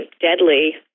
deadly